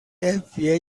fbi